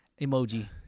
emoji